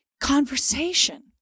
conversation